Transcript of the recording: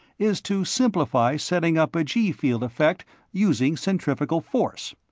is to simplify setting up a gee field effect using centrifugal force.